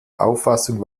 auffassung